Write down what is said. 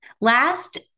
Last